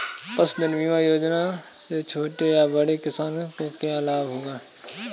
पशुधन बीमा योजना से छोटे या बड़े किसानों को क्या लाभ होगा?